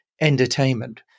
entertainment